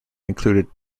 included